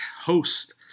host